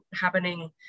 happening